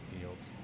fields